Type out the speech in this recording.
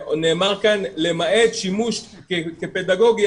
נאמר כאן "למעט שימוש פדגוגי",